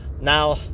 Now